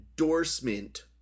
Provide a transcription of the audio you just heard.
endorsement